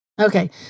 Okay